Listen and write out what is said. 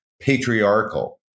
patriarchal